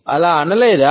అలా అనలేదా